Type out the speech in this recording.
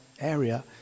area